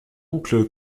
oncle